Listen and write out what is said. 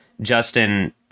Justin